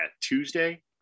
tuesday